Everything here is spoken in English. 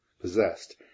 possessed